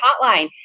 hotline